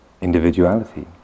individuality